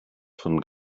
von